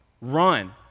Run